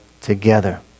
together